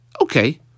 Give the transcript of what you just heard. Okay